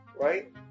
right